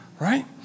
right